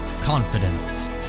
Confidence